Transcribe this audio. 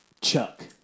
Chuck